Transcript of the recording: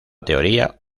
teoría